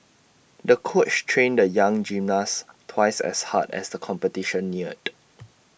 the coach trained the young gymnast twice as hard as the competition neared